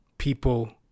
people